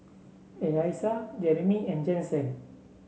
Elissa Jereme and Jensen